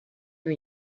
new